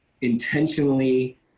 intentionally